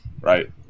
right